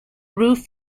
roof